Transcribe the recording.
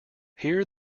here